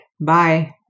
Bye